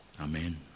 Amen